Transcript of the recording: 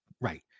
Right